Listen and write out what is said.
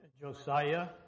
Josiah